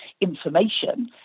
information